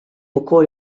ukoll